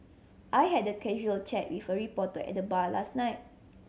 I had a casual chat with a reporter at the bar last night